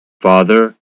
Father